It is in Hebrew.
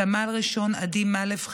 סמל ראשון עדי מאלכ חרב,